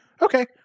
okay